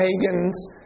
pagans